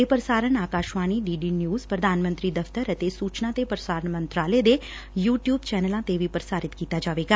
ਇਹ ਪ੍ਸਾਰਣ Akashvani D D news ਪ੍ਧਾਨ ਮੰਤਰੀ ਦਫ਼ਤਰ ਅਤੇ ਸੂਚਨਾ ਤੇ ਪ੍ਸਾਰਣ ਮੰਤਰਾਲੇ ਦੇ ਯੂ ਟਿਊਬ ਚੈਨਲਾਂ ਤੇ ਵੀ ਪ੍ਰਸਾਰਤ ਕੀਤਾ ਜਾਵੇਗਾ